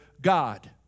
God